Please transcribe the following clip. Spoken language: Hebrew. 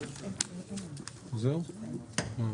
הישיבה ננעלה בשעה 11:40.